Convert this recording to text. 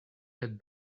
had